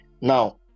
Now